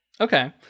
Okay